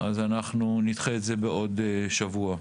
אז אנחנו נדחה את זה בעוד שבוע,